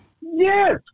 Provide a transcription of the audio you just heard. Yes